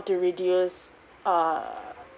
to reduced err